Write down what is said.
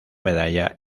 medalla